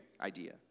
idea